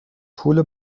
پول